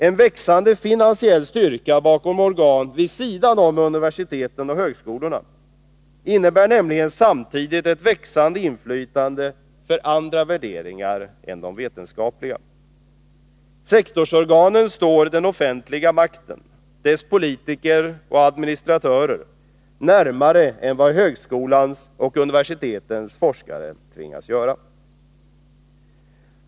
En växande finansiell styrka bakom organ vid sidan av universiteten och högskolorna innebär nämligen samtidigt ett växande inflytande för andra värderingar än de vetenskapliga. Sektorsorganen står den offentliga makten — dess politiker och administratörer — närmare än vad högskolans och universitetens forskare tvingas göra.